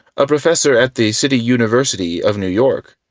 a professor at the city university of new york,